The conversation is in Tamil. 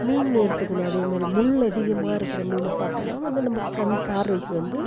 மீன்னு எடுத்துக்குணும் அதே மாதிரி முள் அதிகமாக இருக்குகிற மீன் சாப்பிட்டோன்னா வந்து நமக்கு கண் பார்வைக்கு வந்து